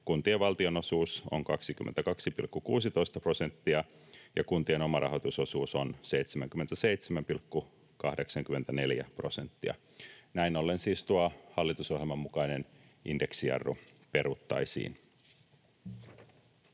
kuntien valtionosuus on 22,16 prosenttia ja kuntien omarahoitusosuus on 77,84 prosenttia.” Näin ollen siis tuo hallitusohjelman mukainen indeksijarru peruttaisiin.